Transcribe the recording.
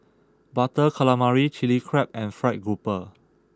Butter Calamari Chilli Crab and Fried Grouper